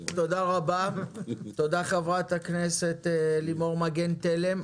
תודה, חברת הכנסת לימור מגן תלם.